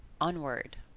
onward